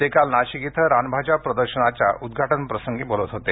ते काल नाशिक इथं रानभाज्या प्रदर्शनाच्या उद्घाटन प्रसंगी बोलत होते